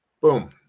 boom